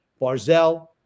Barzell